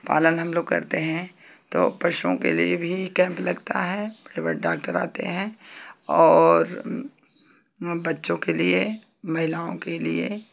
पालन हम लोग करते हैं तो पशुओं के लिए भी कैंप लगता है केवल डॉक्टर आते हैं और बच्चों के लिए महिलाओं के लिए